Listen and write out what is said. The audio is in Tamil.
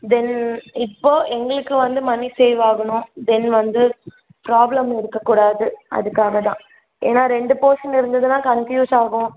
தென் இப்போது எங்களுக்கு வந்து மணி சேவ் ஆகணும் தென் வந்து ப்ராப்ளம் இருக்கக்கூடாது அதுக்காக தான் ஏன்னால் ரெண்டு போர்ஷன் இருந்ததுனால் கன்பியூஸ் ஆகும்